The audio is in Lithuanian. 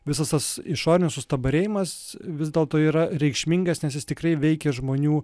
visas tas išorinis sustabarėjimas vis dėlto yra reikšmingas nes jis tikrai veikia žmonių